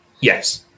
Yes